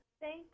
Thank